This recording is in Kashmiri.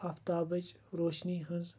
افتابٕچ روشنِی ہٕنٛز